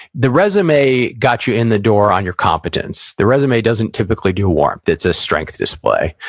the resume got you in the door on your competence. the resume doesn't typically do warmth, it's a strength display.